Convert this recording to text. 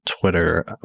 Twitter